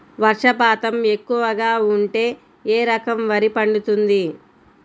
వర్షపాతం ఎక్కువగా ఉంటే ఏ రకం వరి పండుతుంది?